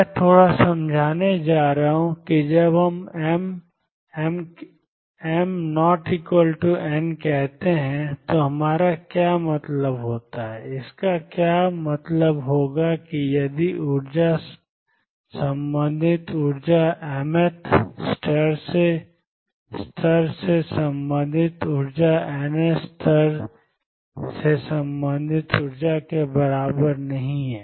मैं थोड़ा समझाने जा रहा हूं कि जब हम m n कहते हैं तो हमारा क्या मतलब होता है इसका क्या मतलब होगा कि यदि ऊर्जा संबंधित ऊर्जा mth स्तर से संबंधित ऊर्जा nth स्तर से संबंधित ऊर्जा के बराबर नहीं है